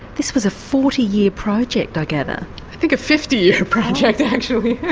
this was a forty year project, i gather. i think a fifty year project, actually.